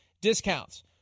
discounts